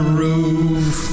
roof